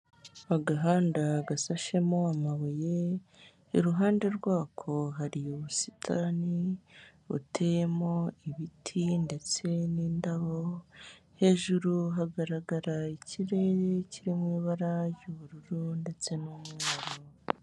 Agahanda gasashemo amabuye, iruhande rwako hari ubusitani buteyemo ibiti ndetse n'indabo, hejuru hagaragara ikirere kiririmo ibara ry'ubururu ndetse n'umweru.